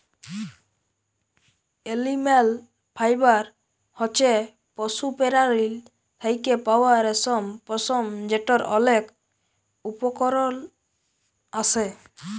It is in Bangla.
এলিম্যাল ফাইবার হছে পশু পেরালীর থ্যাকে পাউয়া রেশম, পশম যেটর অলেক উপকরল আসে